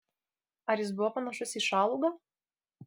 ar jis buvo panašus į šalugą